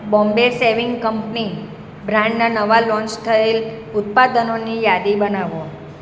Bombay saving company બ્રાન્ડનાં નવાં launch થયેલ ઉત્પાદનોની યાદી બનાવો